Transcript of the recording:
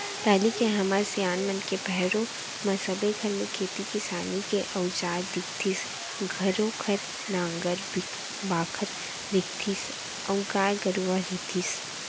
पहिली के हमर सियान मन के पहरो म सबे घर म खेती किसानी के अउजार दिखतीस घरों घर नांगर बाखर दिखतीस अउ गाय गरूवा रहितिस